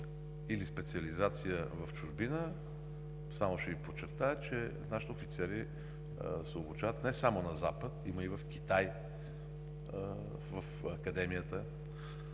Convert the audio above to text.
или специализация в чужбина – само ще Ви подчертая, че нашите офицери се обучават не само на Запад, а и в Китай – в Академията,